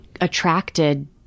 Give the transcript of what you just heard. attracted